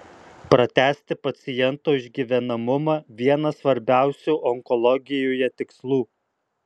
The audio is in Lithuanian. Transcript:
pratęsti paciento išgyvenamumą vienas svarbiausių onkologijoje tikslų